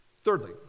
Thirdly